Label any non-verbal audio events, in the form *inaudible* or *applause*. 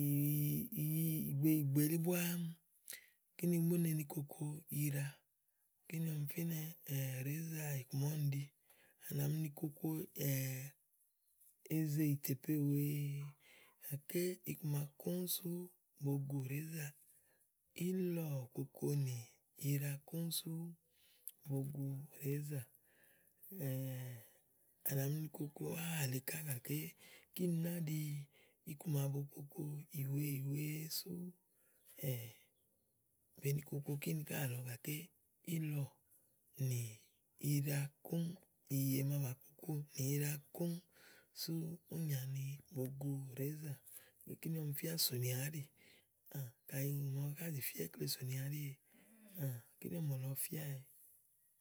ìyi, ìgbè, ìgbè le búáá. Kíni bú ne ni koko iɖa. Kíni ɔmi fínɛ *hesitation* rèézà íku màa úni ɖi. À nà mi ni koko *hesitation* eze yitèpe wèe, gàké iku màa kòŋ sú bòo gu nèézà, ílɔ̀ òkokonì iɖa kóŋ sú bòo rèézà *hesitation* À nà mi ni koko áhà lèe ká gàké kini ná ɖi iku ma bo koko ìyì wèe ìyì wèeè sú *hesitation* be ni koko kíni ká àlɔ gàké, ílɔ̀ nì ìɖa kóŋ, ìyì màa bà koko nì iɖa kòŋ sú úni nyi bòo gu rèézà. Kíni ɔmi fía sònìà áɖì kayi ùŋò màa zìfía ikle sònìà áɖi kayi kíni ɔ̀mɔ̀lɔ fía ee.